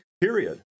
period